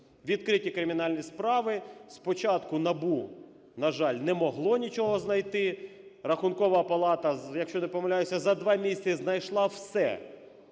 Відкриті кримінальні справи. Спочатку НАБУ, на жаль, не могло нічого знайти. Рахункова палата, якщо я не помиляюся, за 2 місяці знайшла все: